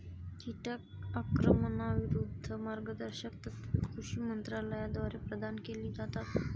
कीटक आक्रमणाविरूद्ध मार्गदर्शक तत्त्वे कृषी मंत्रालयाद्वारे प्रदान केली जातात